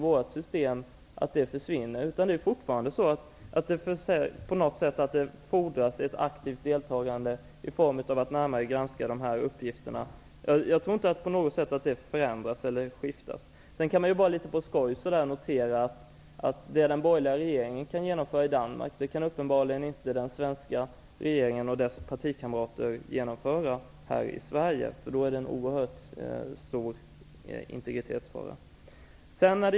Fortfarande fordras ett aktivt deltagande, att man närmare granskar uppgifterna. Det förändras inte på något sätt. Jag kan notera att det som den borgerliga regeringen i Danmark kan genomföra, kan uppenbarligen inte den svenska regeringen genomföra. Då är det tydligen en oerhört stor integritetsfråga.